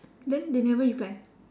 then they never reply